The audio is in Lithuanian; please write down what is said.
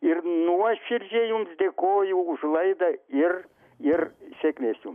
ir nuoširdžiai jums dėkoju už laidą ir ir sėkmės jum